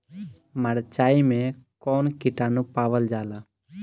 मारचाई मे कौन किटानु पावल जाला?